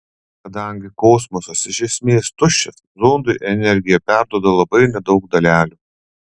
kadangi kosmosas iš esmės tuščias zondui energiją perduoda labai nedaug dalelių